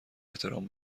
احترام